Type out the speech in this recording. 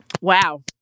wow